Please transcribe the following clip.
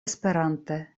esperante